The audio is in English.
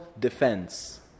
defense